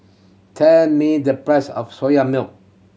tell me the price of Soya Milk